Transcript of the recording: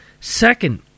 Second